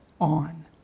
on